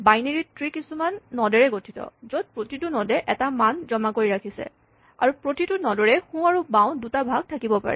binary tree কিছুমান নডেৰে গঠিত য'ত প্ৰতিটো নডে এটা এটা মান জমা কৰি ৰাখিছে আৰু প্ৰতিটো নডৰে সোঁ আৰু বাওঁ দুটা ভাগ থাকিব পাৰে